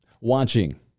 watching